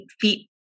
feet